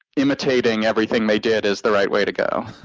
imitating everything they did is the right way to go.